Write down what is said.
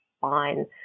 fine